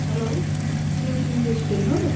हलो Tintin restaurant हो